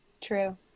true